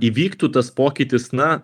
įvyktų tas pokytis na